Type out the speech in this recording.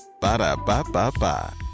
Ba-da-ba-ba-ba